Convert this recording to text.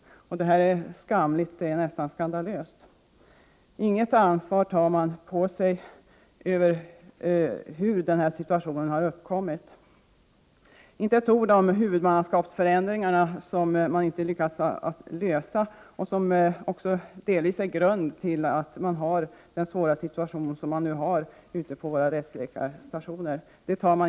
Detta är skamligt, nästan skandalöst. Regeringen tar inte på sig något ansvar för den uppkomna situationen. Det sägs inte ett ord om frågan om förändringarna av huvudmannaskapet, en fråga som man inte har lyckats lösa och som delvis är en grund till den nuvarande svåra situationen på rättsläkarstationerna.